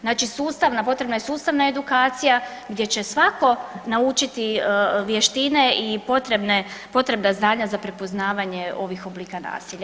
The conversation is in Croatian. Znači, sustavna, potrebna je sustavna edukacija gdje će svako naučiti vještine i potreba znanja za prepoznavanje ovih oblika nasilja.